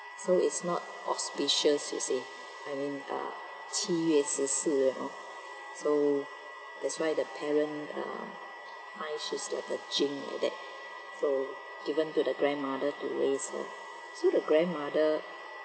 so it's not auspicious you see I mean ah 七月十四 you know so that's why the parent ah find she's like a jinx like that so given to the grandmother to raise her so the grandmother